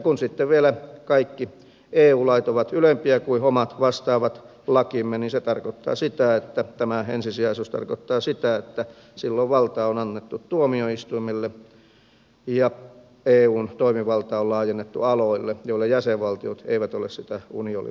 kun sitten vielä kaikki eu lait ovat ylempiä kuin omat vastaavat lakimme niin tämä ensisijaisuus tarkoittaa sitä että silloin valta on annettu tuomioistuimille ja eun toimivaltaa on laajennettu aloille joille jäsenvaltiot eivät ole sitä unionille luovuttaneet